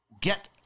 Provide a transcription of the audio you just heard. get